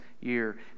year